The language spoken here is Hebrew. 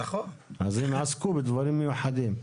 אז הם עסקו בדברים מיוחדים,